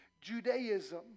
Judaism